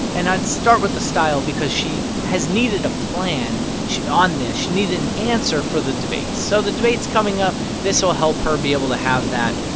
and i'd start with the style because she has needed a plan on this. she needed an answer for the debates. so the debate's coming up. this will help her be able to have that.